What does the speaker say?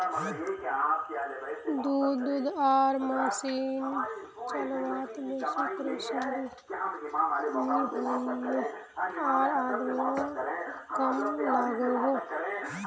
दूध धुआर मसिन चलवात बेसी परेशानी नि होइयेह आर आदमियों कम लागोहो